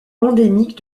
endémique